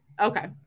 Okay